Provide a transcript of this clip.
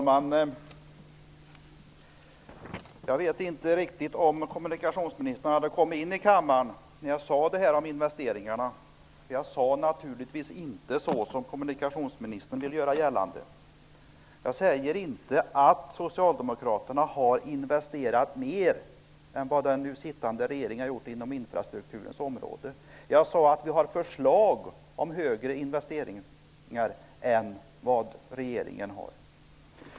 Herr talman! Jag vet inte om kommunikationsministern hade kommit in i kammaren när jag talade om investeringarna. Jag sade naturligtvis inte så som kommunikationsministern vill göra gällande. Jag sade inte att Socialdemokraterna har investerat mer än vad den sittande regeringen har gjort inom infrastrukturens område, utan jag sade att vi har förslag om större investeringar än vad regeringen har.